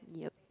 yup